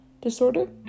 disorder